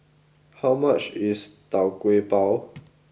how much is Tau Kwa Pau